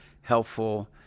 helpful